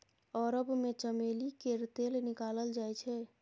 अरब मे चमेली केर तेल निकालल जाइ छै